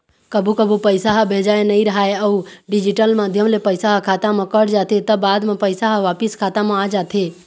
कभू कभू पइसा ह भेजाए नइ राहय अउ डिजिटल माध्यम ले पइसा ह खाता म कट जाथे त बाद म पइसा ह वापिस खाता म आ जाथे